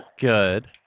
Good